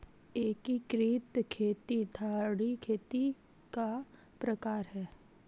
एकीकृत खेती धारणीय खेती का प्रकार है